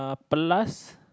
plus